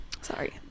sorry